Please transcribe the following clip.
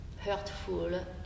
hurtful